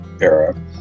era